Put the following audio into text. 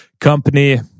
company